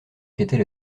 qu’était